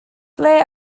ble